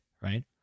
right